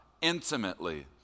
intimately